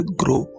grow